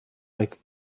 like